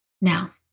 Now